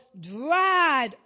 dried